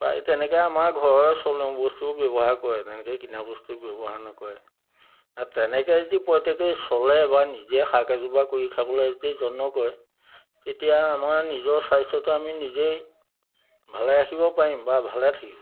প্ৰায় তেনেকৈয়ে আমাৰ ঘৰৰ চলোঁ বস্তু ব্যৱহাৰ কৰে তেনেকৈ কিনা বস্তু ব্যৱহাৰ নকৰে আৰু তেনেকৈ যদি প্ৰত্যেকেই চলে বা নিজে শাক এজোপা কৰি খাবলৈ যদি যত্ন কৰে তেতিয়া আমাৰ নিজৰ স্বাস্থ্যটো আমি নিজেই ভালে ৰাখিব পাৰিম বা ভালে থাকিব